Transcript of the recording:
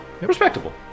respectable